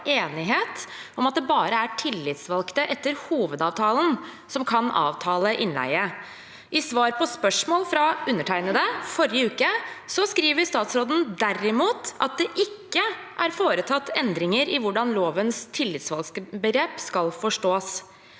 om at det bare er tillitsvalgte etter hovedavtalen som kan avtale innleie. I svar på spørsmål fra undertegnede i forrige uke skriver statsråden derimot at det ikke er foretatt endringer i hvordan lovens tillitsvalgtbegrep skal forstås.